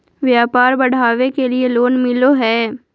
व्यापार बढ़ावे के लिए लोन मिलो है?